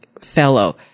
fellow